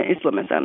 Islamism